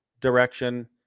direction